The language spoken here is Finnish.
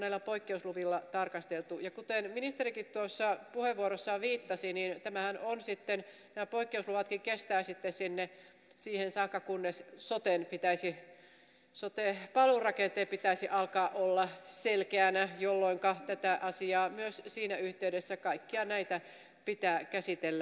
ja kuten ministerikin tuossa puheenvuorossaan viittasi nämä poikkeusluvatkin kestävät sitten siihen saakka kunnes soten valurakenteen pitäisi alkaa olla selkeänä jolloinka tätä asiaa kaikkia näitä myös siinä yhteydessä pitää käsitellä